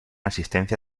asistencia